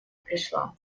пришла